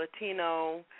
Latino